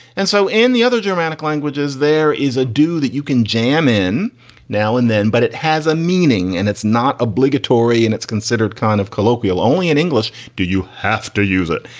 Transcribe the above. and so in the other germanic languages there is a do that you can jam in now and then. but it has a meaning and it's not obligatory and it's considered kind of colloquial. only in english do you have to use it.